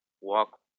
walk